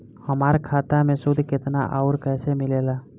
हमार खाता मे सूद केतना आउर कैसे मिलेला?